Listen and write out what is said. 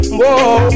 whoa